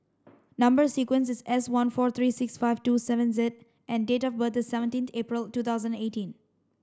number sequence is S one four three six five two seven Z and date of birth is seventeen April two thousand eighteen